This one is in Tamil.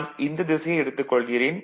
நான் இந்தத் திசையை எடுத்துக் கொள்கிறேன்